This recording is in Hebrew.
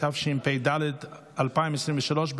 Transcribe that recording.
התשפ"ד 2023,